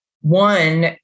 One